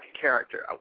character